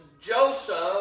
Joseph